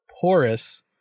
porous